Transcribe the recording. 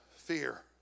fear